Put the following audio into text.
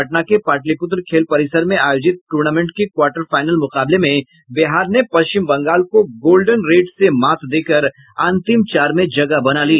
पटना के पाटलिपुत्र खेल परिसर में आयोजित टूर्नामेंट के क्वार्टर फाइनल मुकाबले में बिहार ने पश्चिम बंगाल को गोल्डन रेड से मात देकर अंतिम चार में जगह बना ली